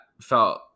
felt